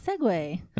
segue